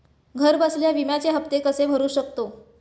घरबसल्या विम्याचे हफ्ते कसे भरू शकतो?